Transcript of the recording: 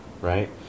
Right